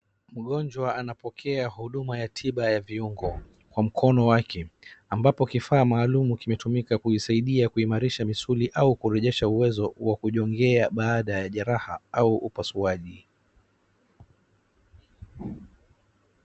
Mgonjwa anapokea huduma ya tiba ya viungo kwa mkono wake ambapo kifaa maalum kimetumika kuisaidia kuimarisha misuli au kurejesha uwezo wa kujongea baada ya jeraha au upasuaji.